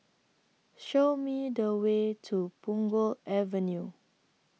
Show Me The Way to Punggol Avenue